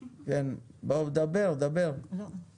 דבר, דבר.